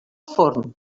forn